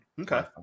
Okay